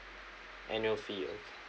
annual fee okay